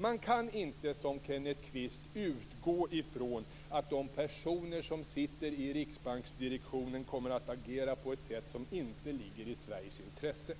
Man kan inte, som Kenneth Kvist, utgå från att de personer som sitter i riksbanksdirektionen kommer att agera på ett sätt som inte ligger i Sveriges intresse.